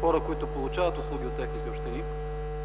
хора, които получават услуги от общините,